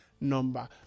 number